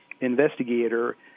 investigator